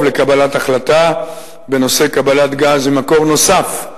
לקבלת החלטה בנושא קבלת גז ממקור נוסף,